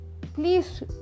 Please